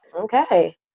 Okay